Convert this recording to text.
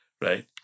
right